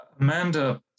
Amanda